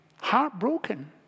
heartbroken